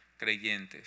creyentes